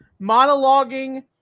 monologuing